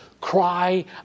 Cry